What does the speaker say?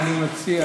אני מציע,